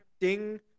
ding